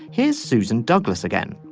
here's susan douglas again.